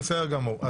בסדר גמור.